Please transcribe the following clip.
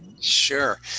Sure